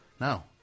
No